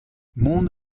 mont